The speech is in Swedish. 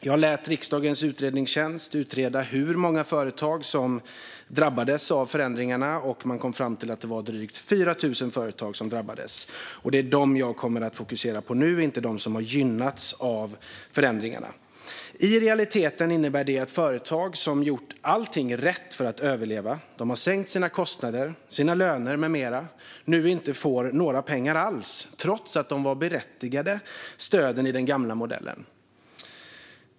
Jag lät riksdagens utredningstjänst utreda hur många företag som drabbades av förändringarna, och man kom fram till att det var drygt 4 000 företag som drabbades. Det är dem jag kommer att fokusera på nu, inte de som har gynnats av förändringarna. I realiteten innebär det att företag som gjort allt rätt för att överleva, det vill sänkt kostnader, löner med mera, nu inte får några pengar alls, trots att de var berättigade till stöd enligt den gamla modellen.